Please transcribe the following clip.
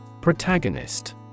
Protagonist